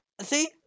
See